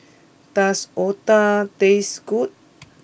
does Otah taste good